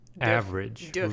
average